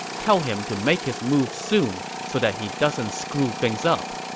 tell him to make his move soon so that he doesn't screw things up.